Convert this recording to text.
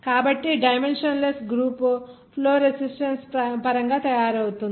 కాబట్టి dimensionless group flow resistance పరంగా తయారవుతుంది